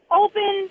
open